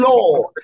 Lord